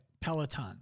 Peloton